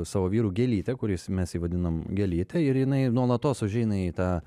savo vyru gėlyte kuris mes jį vadinam gėlyte ir jinai nuolatos užeina į tą